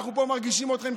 אנחנו פה מרגישים אתכם,